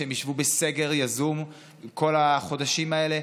שהם ישבו בסגר יזום כל החודשים האלה?